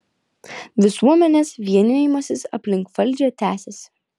visuomenės vienijimasis aplink valdžią tęsiasi